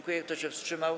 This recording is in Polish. Kto się wstrzymał?